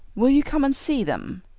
will you come and see them?